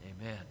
Amen